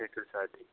थेटरसाठी अच्छा